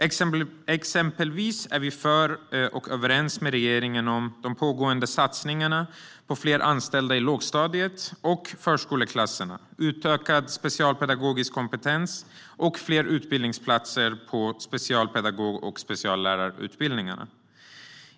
Exempelvis är vi överens med regeringen om de pågående satsningarna på fler anställda i lågstadiet och förskoleklasserna, utökad specialpedagogisk kompetens och fler utbildningsplatser på specialpedagog och speciallärarutbildningarna.